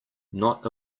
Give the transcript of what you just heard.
not